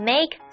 Make